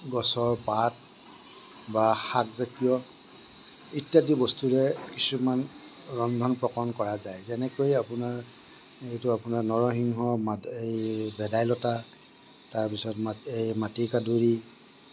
গছৰ পাত বা শাকজাতীয় ইত্য়াদি বস্তুৰে কিছুমান ৰন্ধন প্ৰকৰণ কৰা যায় যেনেকৈয়ে আপোনাৰ এইটো আপোনাৰ নৰসিংহ মাদ এই ভেদাইলতা তাৰপিছত মাত এই মাতিকাদুৰী